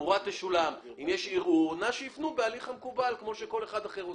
אם יש ערעור, שיפנו בהליך המקובל כמו כל אחד אחר.